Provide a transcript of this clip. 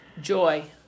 joy